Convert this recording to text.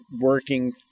working